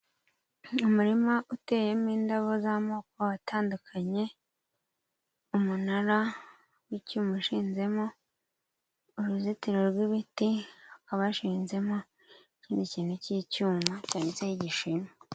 Umurima uteyemo indabo z'amoko atandukanye, umunara w'icyuma ushinzemo uruzitiro rwibiti, hakaba hashinzemo ikindi kintu k'icyuma cyanditseho igishinwa